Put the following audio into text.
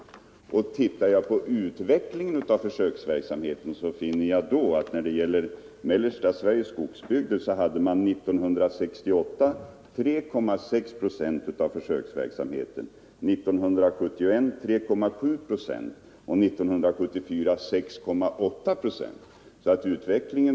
Ser man på utvecklingen av försöksverksamheten finner man att mellersta Sveriges skogsbygder hade 3,6 procent av försöksverksamheten år 1968, 3,7 procent år 1971 och 6,8 procent år 1974.